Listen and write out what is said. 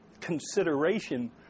consideration